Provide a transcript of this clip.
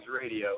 Radio